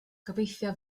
gobeithio